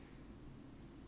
got wear diapers ah